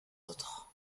autres